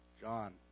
John